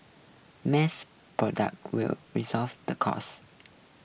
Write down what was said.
mass product will resolve the cost